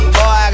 Boy